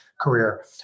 career